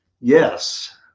Yes